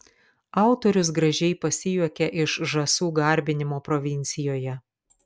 autorius gražiai pasijuokia iš žąsų garbinimo provincijoje